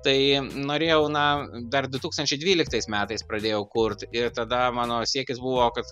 tai norėjau na dar du tūkstančiai dvyliktais metais pradėjau kurt ir tada mano siekis buvo kad